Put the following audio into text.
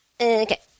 Okay